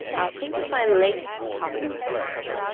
i'll think of my latest conquest.